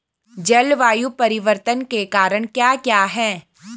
जलवायु परिवर्तन के कारण क्या क्या हैं?